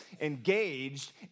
engaged